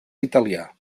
italià